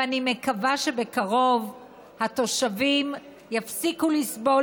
ואני מקווה שבקרוב התושבים יפסיקו לסבול